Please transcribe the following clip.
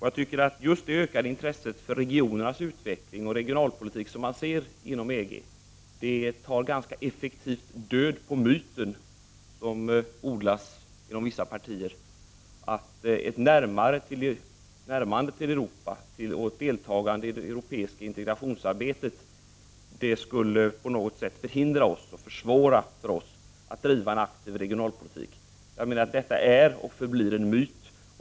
Jag tror att just det ökade intresset för regionernas utveckling och regional politik, som vi nu ser inom EG, tar ganska effektivt död på myten som odlas inom vissa partier, att ett närmande till Europa, ett deltagande i det europeiska integrationsarbetet på något vis skulle förhindra oss och försvåra för oss att driva en aktiv regional politik. Det är och förblir en myt.